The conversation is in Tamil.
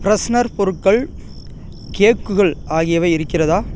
ஃப்ரெஷ்னர் பொருட்கள் கேக்குகள் ஆகியவை இருக்கிறதா